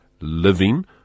living